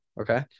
Okay